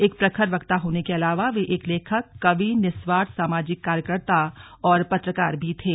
एक प्रखर वक्ता होने के अलावा वे एक लेखक कवि निस्वार्थ सामाजिक कार्यकर्ता और पत्रकार भी थे